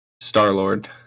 Star-Lord